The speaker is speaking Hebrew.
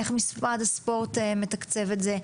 איך משרד הספורט מתקצב את זה.